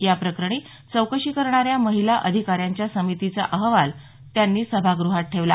या प्रकरणी चौकशी करणाऱ्या महिला अधिकाऱ्यांच्या समितीचा अहवाल त्यांनी सभागृहात ठेवला